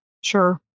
sure